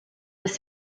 was